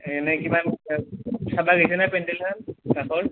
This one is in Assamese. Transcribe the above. এনেই কিমানকে চাব গেছিনা পেন্দেলখান ৰাসৰ